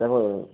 তারপর